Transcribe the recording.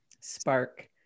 spark